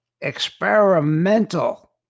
experimental